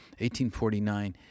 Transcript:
1849